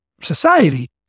society